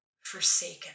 forsaken